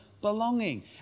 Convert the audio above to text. belonging